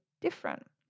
different